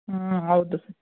ಹಾಂ ಹೌದು